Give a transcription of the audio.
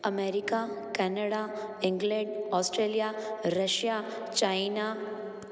America Canada England Australia Russia China